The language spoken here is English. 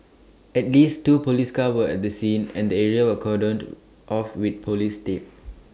at least two Police cars were at the scene and the area were cordoned off with Police tape